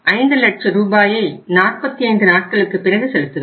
5 லட்ச ரூபாயை 45 நாட்களுக்கு பிறகு செலுத்துவர்